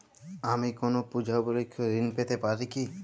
আমি কোনো পূজা উপলক্ষ্যে ঋন পেতে পারি কি?